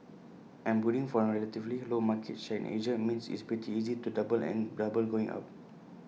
and booting from A relatively low market share in Asia means it's pretty easy to double and double going up